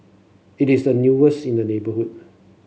it is the newest in the neighbourhood